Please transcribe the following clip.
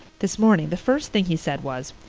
this morning the first thing he said was,